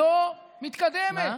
לא מתקדמת.